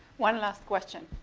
one last question,